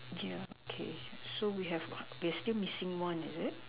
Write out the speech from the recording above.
okay okay so we have they still missing one is it